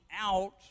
out